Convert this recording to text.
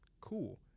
Cool